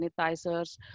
sanitizers